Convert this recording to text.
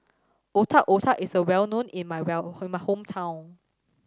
Otak Otak is well known in my well in my hometown